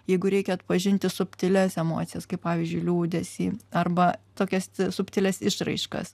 jeigu reikia atpažinti subtilias emocijas kaip pavyzdžiui liūdesį arba tokias subtilias išraiškas